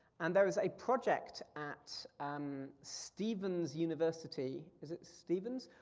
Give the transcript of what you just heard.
and there is a project at um stevens university, is it stevens?